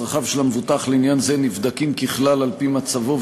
צרכיו של המבוטח לעניין זה נבדקים ככלל על-פי מצבו,